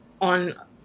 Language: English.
on